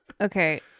Okay